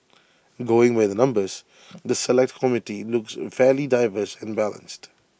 going by the numbers the Select Committee looks fairly diverse and balanced